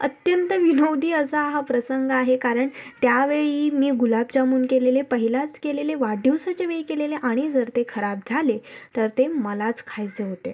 अत्यंत विनोदी असा हा प्रसंग आहे कारण त्यावेळी मी गुलाबजामुन केलेले पहिलाच केलेले वाढदिवसाच्या वेळी केलेले आणि जर ते खराब झाले तर ते मलाच खायचे होते